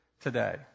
today